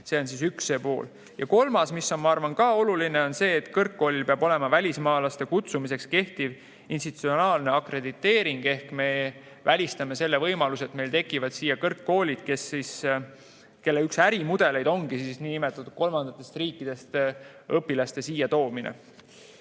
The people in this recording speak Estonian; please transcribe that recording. See on üks pool. Ja kolmas asi, mis minu arvates on oluline, on see, et kõrgkoolil peab olema välismaalaste kutsumiseks kehtiv institutsionaalne akrediteering. Ehk me välistame selle võimaluse, et meil tekivad siia kõrgkoolid, kelle üks ärimudeleid ongi kolmandatest riikidest õpilaste siia toomine.